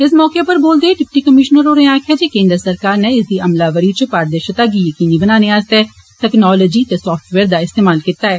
इस मौके उप्पर बोलदे होई डिप्टी कमीश्नर होरें आक्खेआ जे केन्द्र सरकार नै इसदी अमलावरी च पारदिर्शता यकीनी बनाने आस्तै तकनालोजी ते साफटवेयर दा इस्तेमाल कीता ऐ